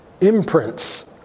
imprints